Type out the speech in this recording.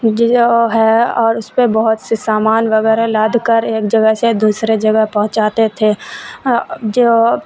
جو ہے اور اس پہ بہت سے سامان وغیرہ لاد کر ایک جگہ سے دوسرے جگہ پہنچاتے تھے جو